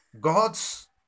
God's